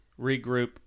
regroup